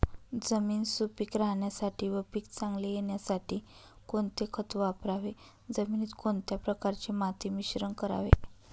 जमीन सुपिक राहण्यासाठी व पीक चांगले येण्यासाठी कोणते खत वापरावे? जमिनीत कोणत्या प्रकारचे माती मिश्रण करावे?